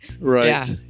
Right